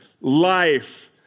life